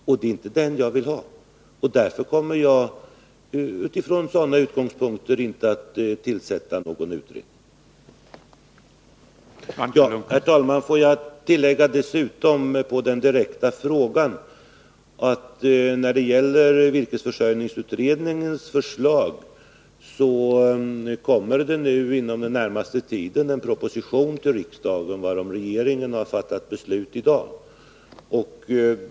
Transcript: Men det är inte den politiken jag villha, och därför kommer jag utifrån sådana utgångspunkter inte att tillsätta någon utredning. Herr talman! Jag vill också tillägga som svar på den direkta frågan: Beträffande virkesförsörjningsutredningens förslag kommer det inom den närmaste tiden en proposition till riksdagen varom regeringen har fattat beslut i dag.